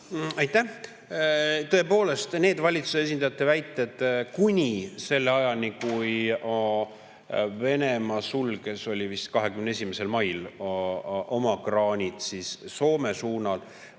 Aitäh! Tõepoolest, need valitsuse esindajate väited kuni selle ajani, kui Venemaa sulges – see oli vist 21. mail – oma kraanid Soome suunal,